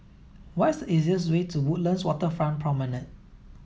what's easiest way to Woodlands Waterfront Promenade